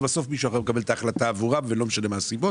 בסוף מישהו אחר מקבל את ההחלטה עבורם ולא משנה מה הסיבות.